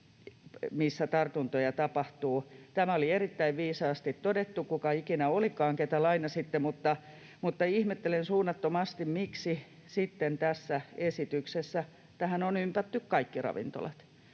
missä tartuntoja tapahtuu. Tämä oli erittäin viisaasti todettu, kuka ikinä olikaan, ketä lainasitte, mutta ihmettelen suunnattomasti, miksi sitten tässä esityksessä tähän on ympätty kaikki ravintolat,